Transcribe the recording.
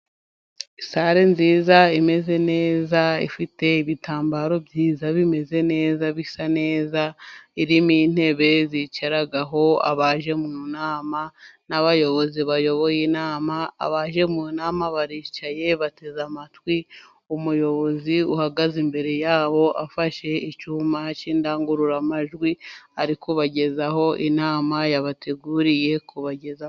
Sale nziza imeze neza ifite ibitambaro byiza bimeze neza bisa neza, irimo intebe zicaraho abaje mu nama n'abayobozi bayoboye inama, abaje mu nama baricaye bateze amatwi umuyobozi uhagaze imbere yabo, afashe icyuma cy'indangururamajwi ari kubagezaho inama yabateguriye kubagezaho.